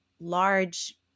large